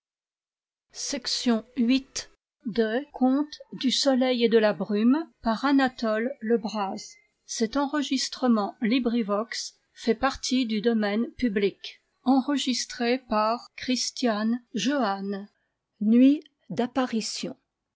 du soleil et de la brume reine anne marguerite et robert le